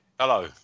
Hello